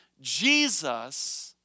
Jesus